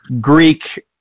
Greek